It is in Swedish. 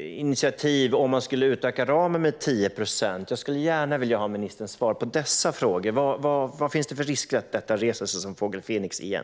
initiativ om man skulle utöka ramen med 10 procent. Jag skulle gärna vilja ha ministerns svar på dessa frågor. Vad finns det för risker att detta reser sig som fågel Fenix igen?